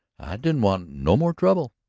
i didn't want no more trouble.